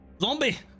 zombie